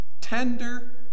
tender